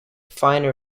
finer